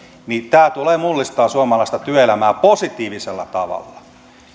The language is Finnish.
tämä tulee mullistamaan suomalaista työelämää positiivisella tavalla